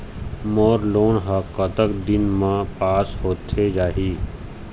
मोर loan हा कतक दिन मा पास होथे जाही?